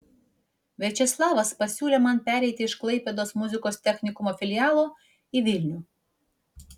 viačeslavas pasiūlė man pereiti iš klaipėdos muzikos technikumo filialo į vilnių